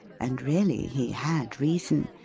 and really he had reason.